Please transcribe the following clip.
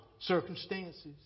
circumstances